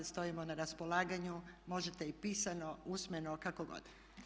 Stojimo na raspolaganju, možete i pismeno, usmeno kako god.